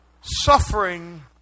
Suffering